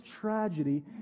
tragedy